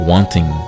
Wanting